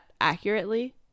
accurately